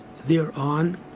Thereon